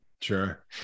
Sure